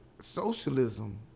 socialism